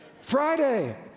Friday